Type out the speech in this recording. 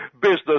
business